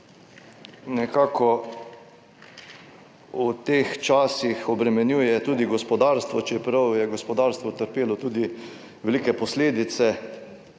nekako v teh časih obremenjuje tudi gospodarstvo, čeprav je gospodarstvo utrpelo tudi velike posledice